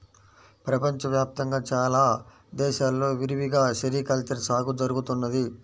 ప్రపంచ వ్యాప్తంగా చాలా దేశాల్లో విరివిగా సెరికల్చర్ సాగు జరుగుతున్నది